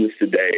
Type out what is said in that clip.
today